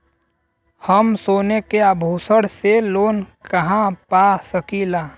हम सोने के आभूषण से लोन कहा पा सकीला?